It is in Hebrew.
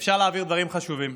אפשר להעביר דברים חשובים.